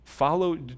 Follow